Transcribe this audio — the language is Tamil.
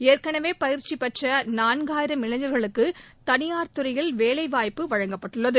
ஏற்கனவே பயிற்சி பெற்ற நான்காயிரம் இளைஞர்களக்கு தனியார் துறையில் வேலைவாய்ப்பு அளிக்கப்பட்டுள்ளது